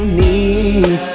need